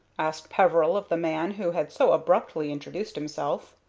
asked peveril of the man who had so abruptly introduced himself.